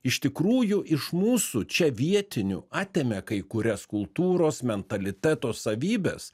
iš tikrųjų iš mūsų čia vietinių atėmė kai kurias kultūros mentaliteto savybes